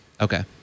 Okay